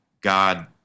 God